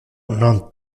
non